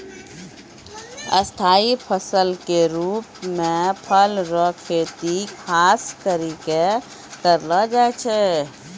स्थाई फसल के रुप मे फल रो खेती खास करि कै करलो जाय छै